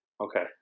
Okay